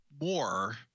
more